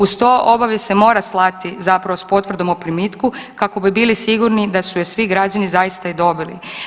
Uz to, obavijest se mora slati zapravo s potvrdom o primitku kako bi bili sigurni da su je svi građani zaista i dobili.